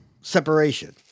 separation